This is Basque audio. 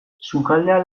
sukaldean